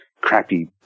crappy